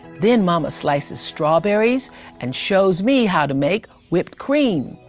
then mama slices strawberries and shows me how to make whipped cream.